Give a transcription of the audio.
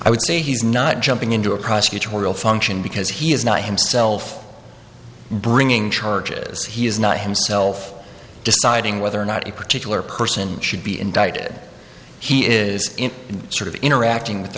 i would say he's not jumping into a prosecutorial function because he is not himself bringing charges he is not himself deciding whether or not a particular person should be indicted he is sort of interacting with the